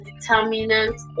determinant